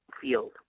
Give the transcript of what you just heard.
field